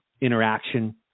interaction